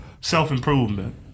self-improvement